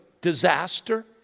disaster